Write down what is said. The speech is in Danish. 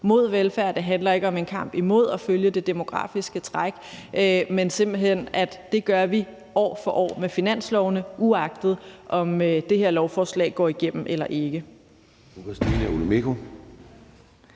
imod velfærd. Det handler ikke om en kamp imod at følge det demografiske træk. Det gør vi simpelt hen år for år med finanslovene, uagtet om det her lovforslag går igennem eller ikke.